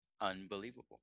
unbelievable